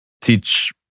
teach